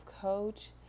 coach